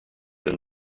than